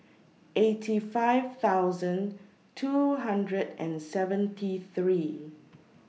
eighty five thousand two hundred and seventy three